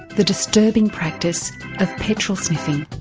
the disturbing practice of petrol sniffing.